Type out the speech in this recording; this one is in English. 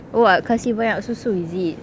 oh ah kasih banyak susu is it